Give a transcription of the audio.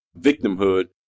victimhood